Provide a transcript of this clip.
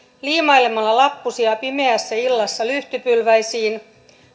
liimailemalla lappusia pimeässä illassa lyhtypylväisiin